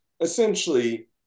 essentially